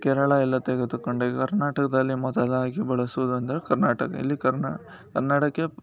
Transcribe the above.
ಕೇರಳ ಎಲ್ಲ ತೆಗೆದುಕೊಂಡ್ರೆ ಕರ್ನಾಟಕದಲ್ಲಿ ಮೊದಲಾಗಿ ಬಳಸುವುದಂದರೆ ಕರ್ನಾಟಕ ಇಲ್ಲಿ ಕರ್ನಾ ಕನ್ನಡಕ್ಕೆ